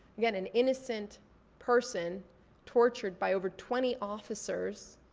again, an innocent person tortured by over twenty officers.